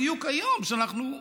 בדיוק היום כשאנחנו,